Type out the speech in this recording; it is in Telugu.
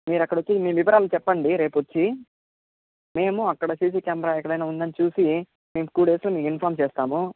మీరక్కడొచ్చి మీ వివరాలు చెప్పండి రేపొచ్చి మేము అక్కడ సీసీ కెమెరా ఎక్కడైనా ఉందని చూసి మీకు టూ డేస్లో మీకు ఇన్ఫార్మ్ చేస్తాము